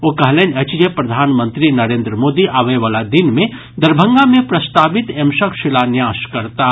ओ कहलनि अछि जे प्रधानमंत्री नरेन्द्र मोदी आबय वला दिन मे दरभंगा मे प्रस्तावित एम्सक शिलान्यास करताह